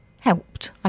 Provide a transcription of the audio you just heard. helped